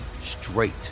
straight